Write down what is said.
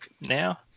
now